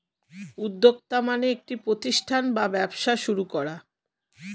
উদ্যোক্তা মানে একটি প্রতিষ্ঠান বা ব্যবসা শুরু করা